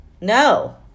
No